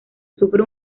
sufre